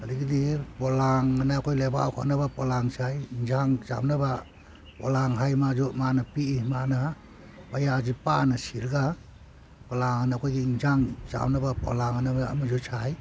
ꯑꯗꯒꯤꯗꯤ ꯄꯣꯂꯥꯡ ꯑꯅ ꯑꯩꯈꯣꯏ ꯂꯩꯕꯥꯛ ꯍꯣꯟꯅꯕ ꯄꯣꯂꯥꯡ ꯁꯥꯏ ꯏꯟꯖꯥꯡ ꯆꯥꯝꯅꯕ ꯄꯣꯂꯥꯡ ꯍꯥꯏ ꯃꯥꯁꯨ ꯃꯥꯅ ꯄꯤꯛꯏ ꯃꯥꯅ ꯄꯩꯌꯥꯁꯤ ꯄꯥꯅ ꯁꯤꯔꯒ ꯄꯣꯂꯥꯡ ꯑꯅ ꯑꯩꯈꯣꯏꯒꯤ ꯏꯟꯖꯥꯡ ꯆꯥꯝꯅꯕ ꯄꯣꯂꯥꯡ ꯑꯅ ꯑꯃꯁꯨ ꯁꯥꯏ